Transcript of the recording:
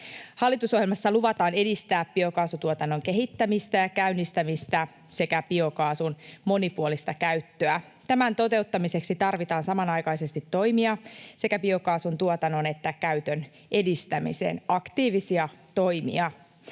Hallitusohjelmassa luvataan edistää biokaasutuotannon kehittämistä ja käynnistämistä sekä biokaasun monipuolista käyttöä. Tämän toteuttamiseksi tarvitaan samanaikaisesti toimia sekä biokaasun tuotannon että käytön edistämiseen, aktiivisia toimia.